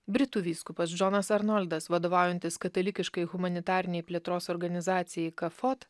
britų vyskupas džonas arnoldas vadovaujantis katalikiškai humanitarinei plėtros organizacijai kafot